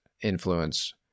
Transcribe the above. influence